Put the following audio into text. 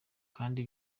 kandi